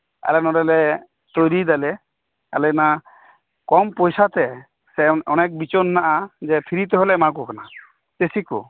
ᱟᱞᱮ ᱱᱚᱰᱮᱞᱮ ᱛᱚᱭᱨᱤᱭᱮᱫᱟ ᱞᱮ ᱟᱞᱮᱚᱱᱟ ᱠᱚᱢ ᱯᱚᱭᱥᱟᱛᱮ ᱥᱮ ᱚᱱᱮᱠ ᱵᱤᱪᱚᱱ ᱦᱮᱱᱟᱜ ᱟ ᱯᱷᱨᱤᱛᱮᱦᱚᱸ ᱞᱮ ᱮᱢᱟᱠᱩ ᱠᱟᱱᱟᱪᱟᱹᱥᱤ ᱠᱩ